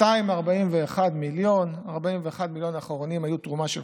241 מיליון, 41 המיליון האחרונים היו תרומה של